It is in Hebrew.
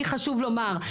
לי חשוב לומר,